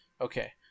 Okay